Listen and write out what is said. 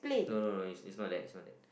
no no no it's it's not that not that